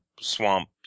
Swamp